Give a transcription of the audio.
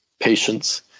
patience